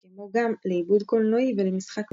כמו גם לעיבוד קולנועי ולמשחק מחשב.